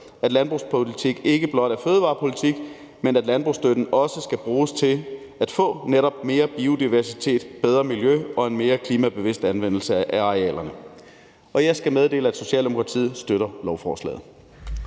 at landbrugspolitik ikke blot er fødevarepolitik, men at landbrugsstøtten også skal bruges til at få netop mere biodiversitet, bedre miljø og en mere klimabevidst anvendelse af arealerne. Jeg skal meddele, at Socialdemokratiet støtter lovforslaget.